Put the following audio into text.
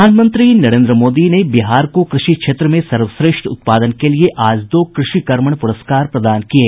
प्रधानमंत्री नरेन्द्र मोदी बिहार को कृषि क्षेत्र में सर्वश्रेष्ठ उत्पादन के लिये आज दो कृषि कर्मण प्रस्कार प्रदान किये